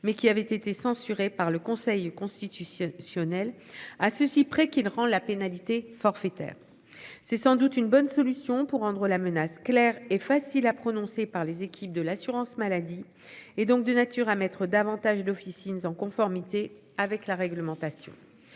mais qui avait été censuré par le Conseil constitutionnel optionnel. À ceci près qu'il rend la pénalité forfaitaire. C'est sans doute une bonne solution pour rendre la menace claire et facile à prononcer, par les équipes de l'assurance maladie et donc de nature à mettre davantage d'officines en conformité avec la réglementation